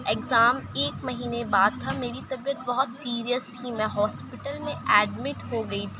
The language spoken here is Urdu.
اگزام ایک مہینے بعد تھا میری طبیعت بہت سیریس تھی میں ہاسپٹل میں ایڈمٹ ہو گئی تھی